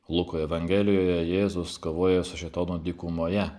luko evangelijoje jėzus kovoja su šėtonu dykumoje